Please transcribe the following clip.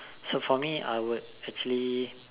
so for me I would actually